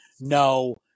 no